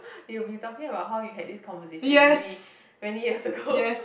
you'll be talking about how you had this conversation with me many years ago